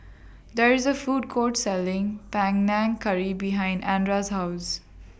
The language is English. There IS A Food Court Selling Panang Curry behind Andra's House